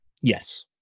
yes